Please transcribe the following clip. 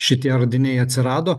šitie radiniai atsirado